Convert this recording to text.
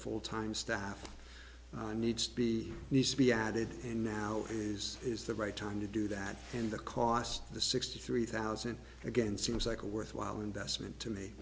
full time staff needs to be needs to be added and nowadays is the right time to do that and the cost of the sixty three thousand again seems like a worthwhile investment to me